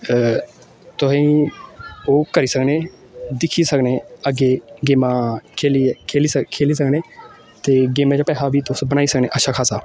तुसेंगी ओह् करी सकने दिक्खी सकने अग्गें गेमां खेलियै खेली खेली सकने ते गेमें च पैहा बी तुस बनाई सकने अच्छा खासा